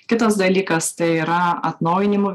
kitas dalykas tai yra atnaujinimų